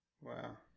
wow